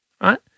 right